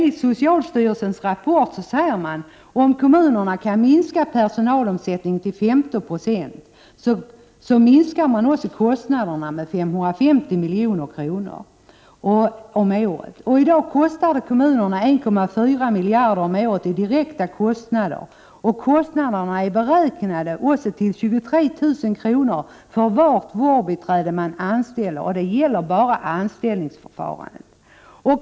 I socialstyrelsens rapport säger man att om kommunerna kan minska personalomsättningen till 15 96, så minskar också kostnaderna med 550 milj.kr. om året. I dag är de direkta kostnaderna för kommunerna 1,4 miljarder om året, och kostnaderna är beräknade till 23 000 kr. för varje vårdbiträde man anställer. Det gäller alltså bara anställningsförfarandet.